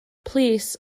plîs